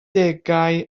degau